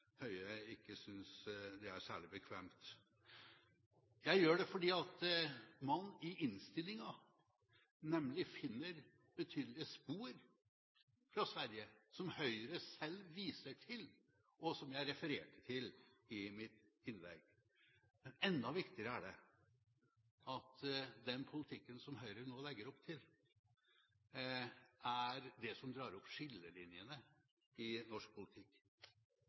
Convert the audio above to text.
Høie ikke synes det er særlig bekvemt. Jeg gjør det fordi man i innstillingen nemlig finner betydelige spor fra Sverige, som Høyre selv viser til, og som jeg refererte til i mitt innlegg. Enda viktigere er det at den politikken som Høyre nå legger opp til, er det som drar opp skillelinjene i norsk politikk.